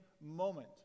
moment